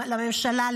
לממשלה,